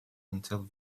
until